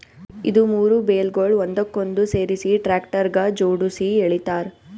ಇದು ಮೂರು ಬೇಲ್ಗೊಳ್ ಒಂದಕ್ಕೊಂದು ಸೇರಿಸಿ ಟ್ರ್ಯಾಕ್ಟರ್ಗ ಜೋಡುಸಿ ಎಳಿತಾರ್